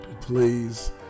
please